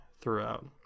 throughout